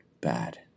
bad